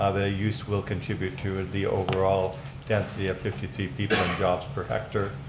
ah their use will contribute to the overall density of fifty three people in jobs per hectare.